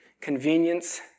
convenience